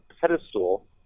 pedestal